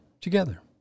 together